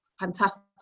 fantastic